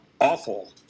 awful